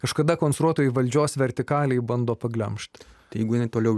kažkada konstruotojai valdžios vertikaliai bando paglemžt jeigu jinai toliau